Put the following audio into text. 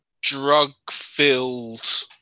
drug-filled